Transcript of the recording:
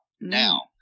Now